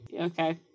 Okay